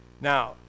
Now